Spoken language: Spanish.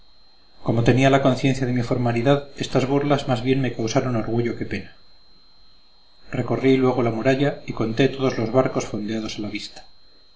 como tenía la conciencia de mi formalidad estas burlas más bien me causaron orgullo que pena recorrí luego la muralla y conté todos los barcos fondeados a la vista